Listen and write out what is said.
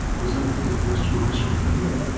was undefeated the rest of my high school career.